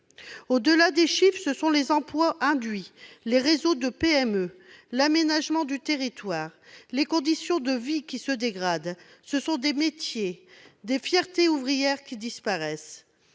Au-delà des chiffres, ce sont les emplois induits, les réseaux de PME, l'aménagement du territoire, les conditions de vie qui se dégradent. Ce sont des métiers, des fiertés ouvrières, qui disparaissent.